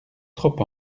trop